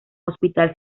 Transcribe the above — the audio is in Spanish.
hospital